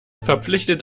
verpflichtet